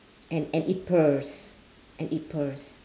and and it purrs and it purrs